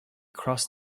cross